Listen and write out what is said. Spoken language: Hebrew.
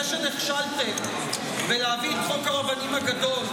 זה שנכשלתם בהבאת חוק הרבנים הגדול,